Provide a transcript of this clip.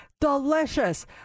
delicious